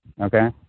Okay